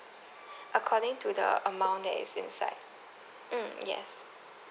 according to the amount that is inside mm yes